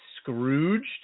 Scrooged